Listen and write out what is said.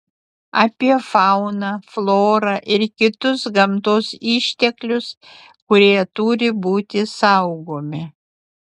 apie fauną florą ir kitus gamtos išteklius kurie turi būti saugomi